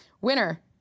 Winner